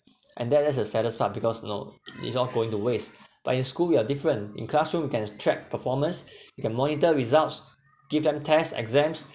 and that that's the saddest part because you know it's all going to waste but in school we are different in classroom you can track performance you can monitor results give them test exams